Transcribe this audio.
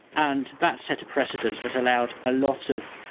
and that set a precedent that allowed a lot of,